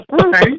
okay